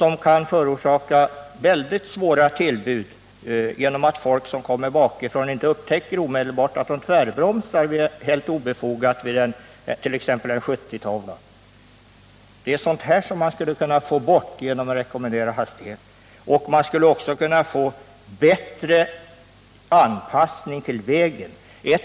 Det kan förorsaka mycket svåra tillbud genom att bilister som kommer bakifrån inte omedelbart upptäcker att den framförvarande bilisten helt obefogat tvärbromsar vid åsynen av t.ex. en 70-tavla. Det är sådant man skulle kunna få bort genom rekommenderade hastigheter, och man skulle också kunna åstadkomma en bättre anpassning till vägens beskaffenhet.